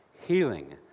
healing